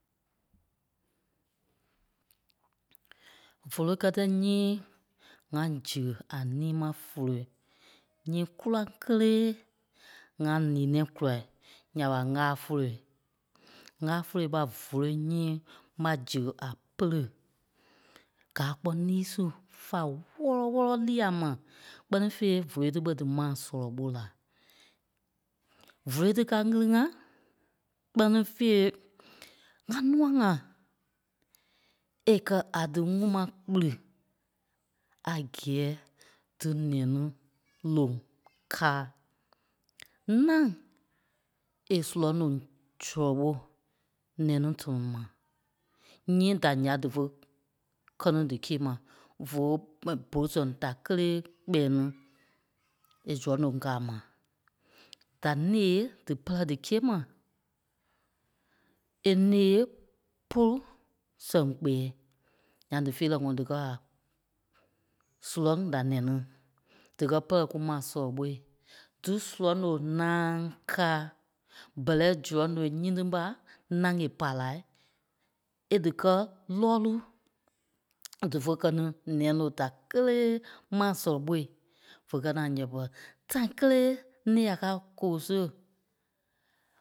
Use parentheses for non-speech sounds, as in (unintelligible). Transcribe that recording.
Vóloi kɛtɛ nyii ŋa zia a lîi mai vólo nyii góraŋ kélee ŋa nîi-nɛ̃ɛ kùla nya ɓa ŋgaa vóloi. Ŋgaa vóloi ɓa vólo nyii ɓa zia a pɛ̀lɛ. Gaa kpɔ́ lîi su fá wɔ́lɔ-wɔlɔ neɣa mai. Kpɛ́ni fêi vóloi tí ɓe dímaa sɔlɔ ɓô la. Vóloi tí ká ŋgili-ŋa, kpɛ́ni fèi ŋa nûa-ŋa é kɛ́ a díŋuŋ ma kpiri a gɛɛ dí nɛni loŋ káa. Ǹâŋ é surɔŋ loŋ sɔlɔ ɓô nɛni tɔnɔ mai, nyii da ya dífe kɛ́ ní díkia ma. Fo (unintelligible) bolu sɛŋ da kélee kpɛɛ ní e surɔŋ kaa mai. Da née dípɛrɛ díkia mai, e ǹee polu sɛŋ kpɛɛ nyaŋ dífeerɛ ŋɔɔ díkɛ a surɔŋ da nɛni. Díkɛ pɛrɛ kù maa sɔlɔ ɓò. Dí surɔŋ náaŋ káa ɓɛlɛ surɔŋ loŋ nyíti mɓa náŋ é pa la, é díkɛ lɔ́ɔlu. Dífe kɛ́ ni nɛloŋ da kélee mai sɔlɔ ɓô. Fe kɛ́ ní a yɛɓɛ. Tâi kélee née a káa koo siɣe.